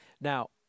Now